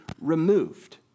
removed